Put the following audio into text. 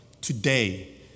today